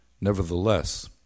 Nevertheless